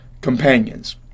companions